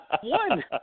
one